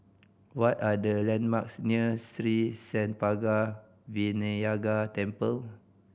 what are the landmarks near Sri Senpaga Vinayagar Temple